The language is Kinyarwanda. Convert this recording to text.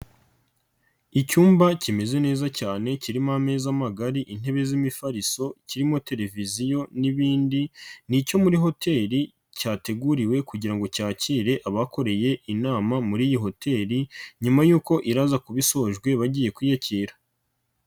Icyumba kimeze neza cyane kirimo ameza magari intebe z'imifariso kirimo televiziyo n'ibindi, ni icyo muri hoteli cyateguriwe kugira ngo cyakire abakoreye inama muri iyi hoteri nyuma yuko iraza kuba i isojwe bagiye kwiyakira.